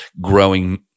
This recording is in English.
growing